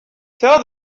tell